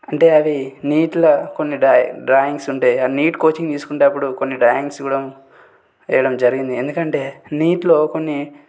అంటే అవి నీట్ల కొన్ని డ్రా డ్రాయింగ్స్ ఉంటాయి ఆ నీట్ కోచింగ్ తీసుకునేటప్పుడు కొన్ని డ్రాయింగ్స్ కూడా ఎయ్యడం జరిగింది ఎందుకంటే నీట్లో కొన్ని